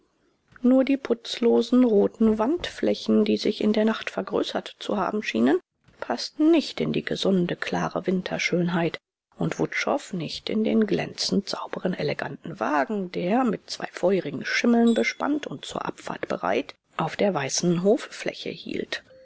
nur die putzlosen roten wandflächen die sich in der nacht vergrößert zu haben schienen paßten nicht in die gesunde klare winterschönheit und wutschow nicht in den glänzend sauberen eleganten wagen der mit zwei feurigen schimmeln bespannt und zur abfahrt bereit auf der weißen hoffläche hielt